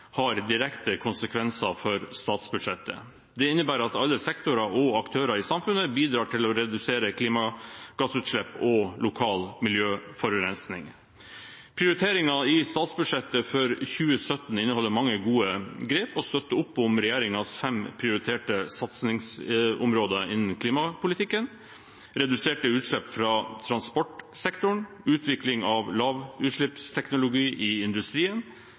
har direkte konsekvenser for statsbudsjettet. Dette innebærer at alle sektorer og aktører i samfunnet bidrar til å redusere klimagassutslipp og lokal miljøforurensning. Prioriteringene i statsbudsjettet for 2017 inneholder mange gode grep og støtter opp om regjeringens fem prioriterte satsingsområder innen klimapolitikken: reduserte utslipp fra transportsektoren, utvikling av lavutslippsteknologi i industrien,